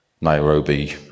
Nairobi